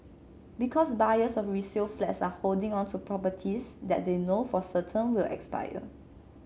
because buyers of resale flats are holding on to properties that they know for certain will expire